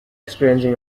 experiencing